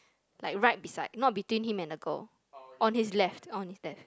like right beside not between him and the girl on his left on his left